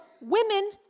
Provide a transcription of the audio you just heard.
women